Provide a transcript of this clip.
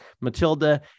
Matilda